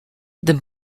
this